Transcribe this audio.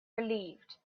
relieved